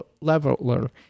leveler